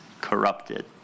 corrupted